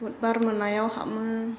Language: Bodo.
बुधबार मोनायाव हाबो